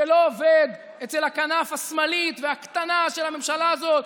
שלא עובד אצל הכנף השמאלית והקטנה של הממשלה הזאת.